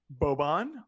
Boban